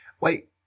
Wait